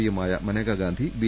പിയുമായ Maneka Gandhi B